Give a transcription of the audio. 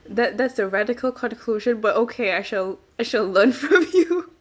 that that's a radical conclusion but okay I shall I shall learn from you